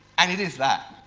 and it is that,